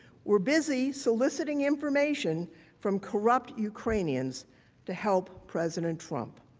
were busy soliciting information from corrupt ukrainians to help president trump.